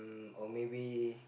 or maybe